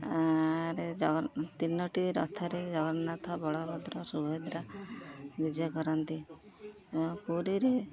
ଆରେ ଜଗ ତିନୋଟି ରଥରେ ଜଗନ୍ନାଥ ବଳଭଦ୍ର ସୁଭଦ୍ରା ନିଜେ କରନ୍ତି ପୁରୀରେ